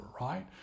right